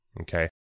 Okay